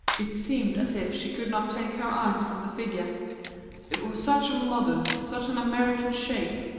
it seemed as if she could not take her eyes from the figure it was such a modern, such an american shape,